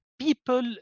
people